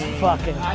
fucking